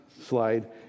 slide